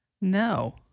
No